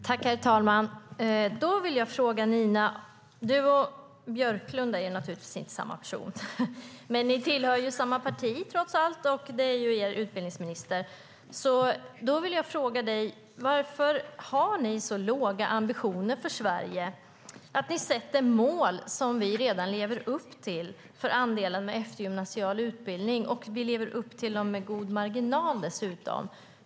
Herr talman! Du och Jan Björklund är naturligtvis inte samma person. Men ni tillhör trots allt samma parti - det är er utbildningsminister. Då vill jag fråga dig: Varför har ni så låga ambitioner för Sverige att ni sätter mål för andelen med eftergymnasial utbildning som vi redan lever upp till, dessutom med god marginal?